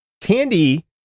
Tandy